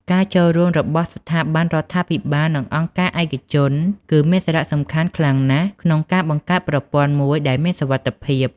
ការចូលរួមរបស់ស្ថាប័នរដ្ឋាភិបាលនិងអង្គការឯកជនគឺមានសារៈសំខាន់ខ្លាំងណាស់ក្នុងការបង្កើតប្រព័ន្ធមួយដែលមានសុវត្ថិភាព។